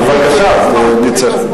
טיפה, אז בבקשה.